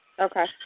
Okay